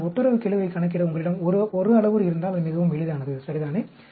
ஆனால் ஒட்டுறவுக்கெழுவைக் கணக்கிட உங்களிடம் 1 அளவுரு இருந்தால் அது மிகவும் எளிதானது சரிதானே